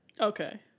okay